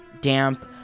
damp